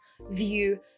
view